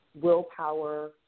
willpower